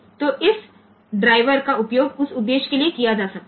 तो इस ड्राइवर का उपयोग उस उद्देश्य के लिए किया जा सकता है